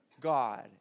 God